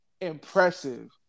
impressive